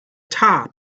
top